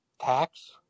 tax